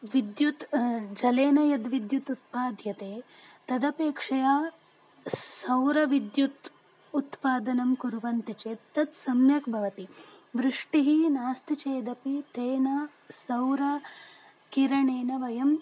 विद्युत् जलेन या विद्युत् उत्पाद्यते तदपेक्षया सौरविद्युतः उत्पादनं कुर्वन्ति चेत् तत् सम्यक् भवति वृष्टिः नास्ति चेदपि तेन सौरः किरणेन वयं